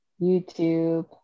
YouTube